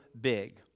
big